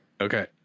Okay